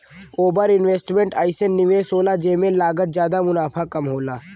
over investment अइसन निवेस होला जेमे लागत जादा मुनाफ़ा कम होला